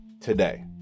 today